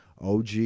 OG